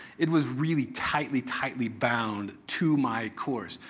it was really tightly, tightly bound to my course,